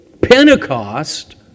Pentecost